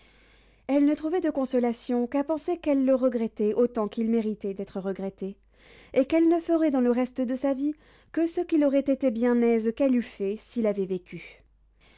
elle ne trouvait de consolation qu'à penser qu'elle le regrettait autant qu'il méritait d'être regretté et qu'elle ne ferait dans le reste de sa vie que ce qu'il aurait été bien aise qu'elle eût fait s'il avait vécu